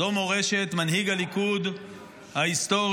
זו מורשת מנהיג הליכוד ההיסטורי,